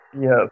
yes